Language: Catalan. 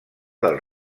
del